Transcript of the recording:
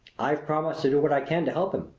i've promised to do what i can to help him.